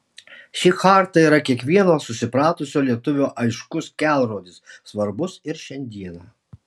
ši charta yra kiekvieno susipratusio lietuvio aiškus kelrodis svarbus ir šiandieną